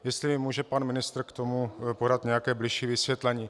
Jestli může pan ministr k tomu podat nějaké bližší vysvětlení.